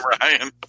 Ryan